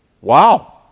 wow